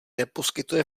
neposkytuje